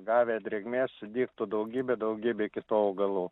gavę drėgmės sudygtų daugybė daugybė kitų augalų